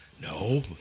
No